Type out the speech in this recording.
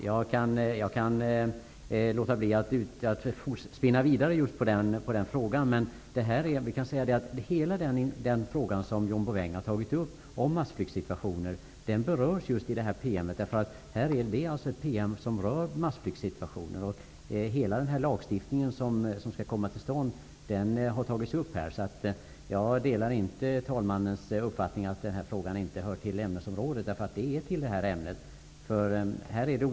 Herr talman! Jag kan låta bli att spinna vidare på just den frågan. Hela den fråga om massflyktssituationer som John Bouvin har tagit upp berörs just i det här PM:et. Det är alltså ett PM som rör massflyktssituationer, och hela den lagstiftning som skall komma till stånd har tagits upp där. Jag delar därför inte andre vice talmannens uppfattning att den här frågan inte hör till ämnesområdet -- den hör till det här ämnet.